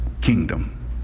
kingdom